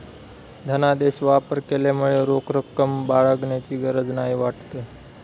धनादेश वापर केल्यामुळे रोख रक्कम बाळगण्याची गरज नाही वाटत